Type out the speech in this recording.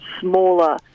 smaller